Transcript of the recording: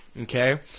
Okay